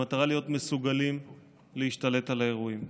במטרה להיות מסוגלים להשתלט על האירועים.